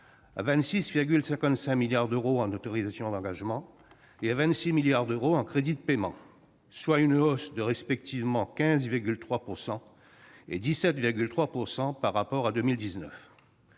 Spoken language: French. à 26,55 milliards d'euros en autorisations d'engagement et à 26 milliards d'euros en crédits de paiement, soit une hausse de respectivement 15,3 % et 17,3 % par rapport à 2019.